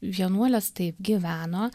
vienuolės taip gyveno